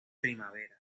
primavera